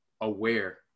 aware